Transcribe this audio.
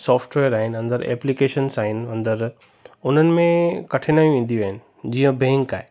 software आहिनि अंदरु applications आहिनि अंदरु उन्हनि में कठिनायूं ईंदियूं आहिनि जीअं बैंक आहे